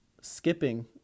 skipping